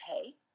okay